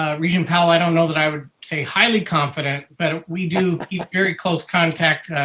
ah regent powell, i don't know that i would say highly confident, but we do keep very close contact.